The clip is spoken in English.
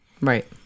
Right